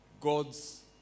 God's